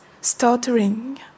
stuttering